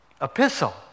epistle